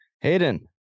Hayden